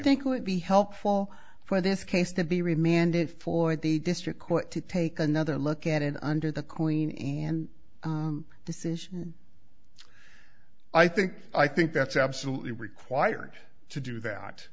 think would be helpful for this case to be reminded for the district court to take another look at it under the queen and the city i think i think that's absolutely required to do